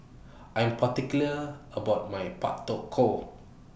I Am particular about My Pak Thong Ko